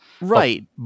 Right